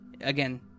Again